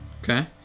Okay